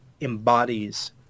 Embodies